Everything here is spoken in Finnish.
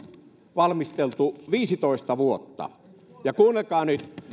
valmisteltu viisitoista vuotta ja kuunnelkaa nyt